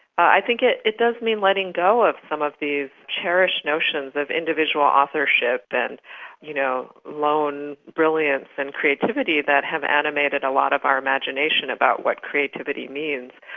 i think it it does mean letting go of some of these cherished notions of individual authorship and you know lone brilliance and creativity that have animated a lot of our imagination about what creativity means.